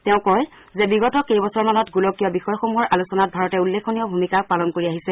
তেওঁ কয় যে বিগত কেইবছৰমানত গোলকীয় বিষয়সমূহৰ আলোচনাত ভাৰতে উল্লেখনীয় ভুমিকা পালন কৰি আহিছে